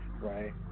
right